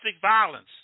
violence